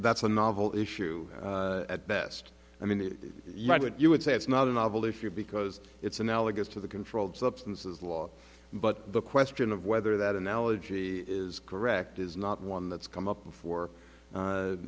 that's a novel issue at best i mean you would say it's not a novel if you're because it's analogous to the controlled substances law but the question of whether that analogy is correct is not one that's come up before